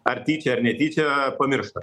ar tyčia ar netyčia pamiršta